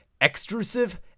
extrusive